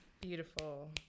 beautiful